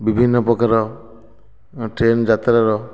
ବିଭିନ୍ନ ପ୍ରକାର ଟ୍ରେନ୍ ଯାତ୍ରା ର